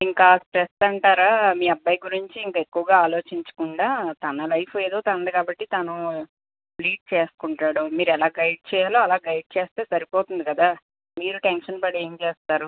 ఇంక స్ట్రెస్ అంటారా మీ అబ్బాయి గురించి ఇంక ఎక్కువగా ఆలోచించకుండా తన లైఫ్ ఎదో తనది కాబట్టి తను లీడ్ చేసుకుంటాడు మీరు ఎలా గైడ్ చెయ్యాలో అలా గైడ్ చేస్తే సరిపోతుంది కదా మీరు టెన్షన్ పడి ఏం చేస్తారు